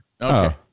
Okay